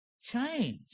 Change